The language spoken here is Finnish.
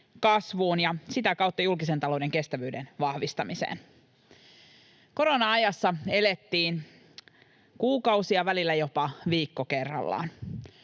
kasvuun ja sitä kautta julkisen talouden kestävyyden vahvistamiseen. Korona-ajassa elettiin kuukausia, välillä jopa viikko kerrallaan.